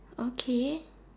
okay